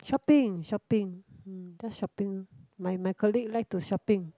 shopping shopping mm just shopping orh my my colleague like to shopping